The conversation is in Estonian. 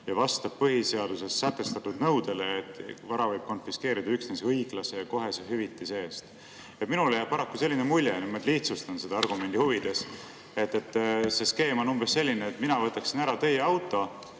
ja vastab põhiseaduses sätestatud nõudele, et vara võib konfiskeerida üksnes õiglase ja kohese hüvitise eest. Minule jääb paraku selline mulje – ma lihtsustan seda argumendi huvides –, et see skeem on umbes selline, et mina võtaksin ära teie auto,